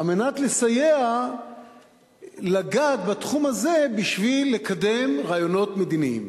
על מנת לסייע לגעת בתחום הזה בשביל לקדם רעיונות מדיניים.